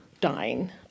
dying